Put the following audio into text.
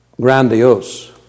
grandiose